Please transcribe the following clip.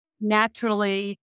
naturally